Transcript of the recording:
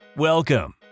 Welcome